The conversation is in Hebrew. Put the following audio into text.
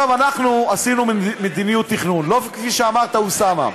אנחנו עשינו מדיניות תכנון, לא כפי שאמרת, אוסאמה,